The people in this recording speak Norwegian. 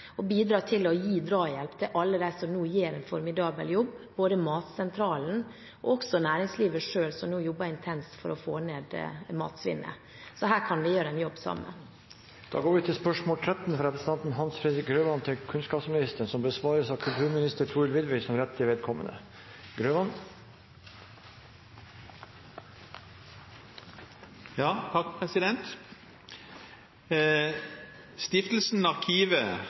og bidra til å gi drahjelp til alle dem som nå gjør en formidabel jobb, både Matsentralen og næringslivet selv, som nå jobber intenst for å få ned matsvinnet. Så her kan vi gjøre en jobb sammen. Dette spørsmålet, fra representanten Hans Fredrik Grøvan til kunnskapsministeren, vil bli besvart av kulturminister Thorhild Widvey som rette vedkommende.